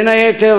בין היתר,